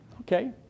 Okay